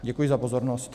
Děkuji za pozornost.